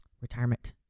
retirement